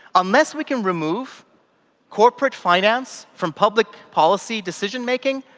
unless we can remove corporate finance from public policy decision making,